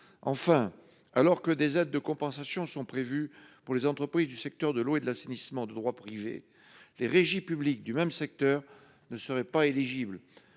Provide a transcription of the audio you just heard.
alors que des aides de compensation sont prévues pour les entreprises du secteur de l'eau et de l'assainissement de droit privé, les régies publiques du même secteur n'y seraient pas éligibles.